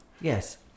Yes